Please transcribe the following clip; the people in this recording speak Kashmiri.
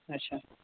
اچھا